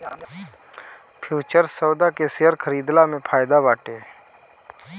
futures सौदा के share खरीदला में फायदा बाटे